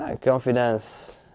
confidence